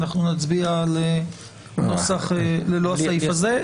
ואנחנו נצביע על נוסח ללא הסעיף הזה,